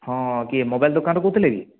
ହଁ କିଏ ମୋବାଇଲ୍ ଦୋକାନରୁ କହୁଥିଲେ କି